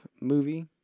movie